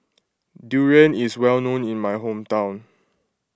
Durian is well known in my hometown